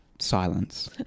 Silence